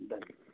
done